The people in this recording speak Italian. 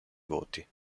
voti